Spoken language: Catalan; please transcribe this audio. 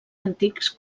antics